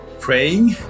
praying